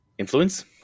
influence